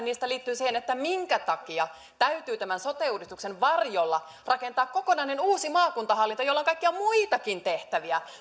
niistä liittyy siihen että minkä takia täytyy tämän sote uudistuksen varjolla rakentaa kokonainen uusi maakuntahallinto jolla on kaikkia muitakin tehtäviä